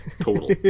total